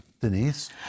Denise